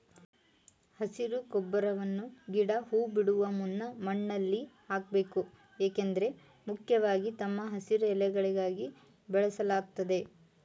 ಹಸಿರು ಗೊಬ್ಬರವನ್ನ ಗಿಡ ಹೂ ಬಿಡುವ ಮುನ್ನ ಮಣ್ಣಲ್ಲಿ ಹಾಕ್ಬೇಕು ಏಕೆಂದ್ರೆ ಮುಖ್ಯವಾಗಿ ತಮ್ಮ ಹಸಿರು ಎಲೆಗಳಿಗಾಗಿ ಬೆಳೆಸಲಾಗ್ತದೆ